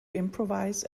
improvise